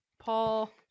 Paul